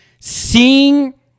Seeing